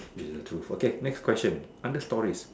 this is a truth okay next question under stories